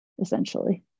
essentially